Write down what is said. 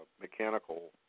mechanical